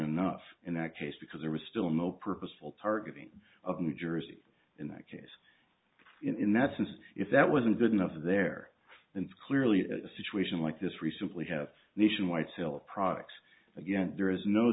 enough in that case because there was still no purposeful targeting of new jersey in that case in that sense if that wasn't good enough there then clearly a situation like this recently have nationwide sale of products again there is no